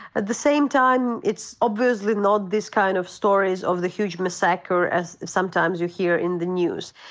at the same time, it's obviously not this kind of stories of the huge massacre as sometimes you hear in the news.